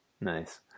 Nice